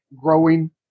Growing